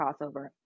crossover